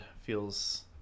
feels